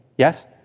Yes